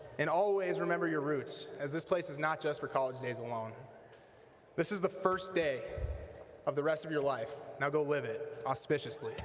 and always remember your roots, as this place is not just for college days alone this is the first day of the rest of your life, now go live it, auspiciousl.